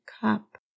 cup